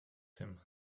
him